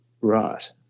Right